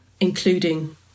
including